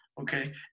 okay